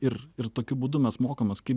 ir ir tokiu būdu mes mokomės kaip